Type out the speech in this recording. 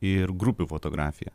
ir grupių fotografija